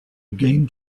again